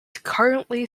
currently